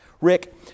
Rick